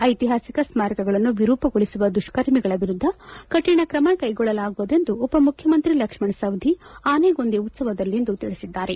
ಐತಿಹಾಸಿಕ ಸ್ಕಾರಕಗಳನ್ನು ವಿರೂಪಗೊಳಿಸುವ ದುಷ್ಕರ್ಮಿಗಳ ವಿರುದ್ದ ಕಠಿಣಕ್ರಮ ಕೈಗೊಳ್ಳಲಾಗುವುದು ಎಂದು ಉಪ ಮುಖ್ಯಮಂತ್ರಿ ಲಕ್ಷ್ಮಣ್ ಸವದಿ ಆನೆಗುಂದಿ ಉತ್ಸವದಲ್ಲಿಂದು ತಿಳಿಸಿದ್ದಾರೆ